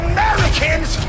Americans